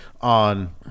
on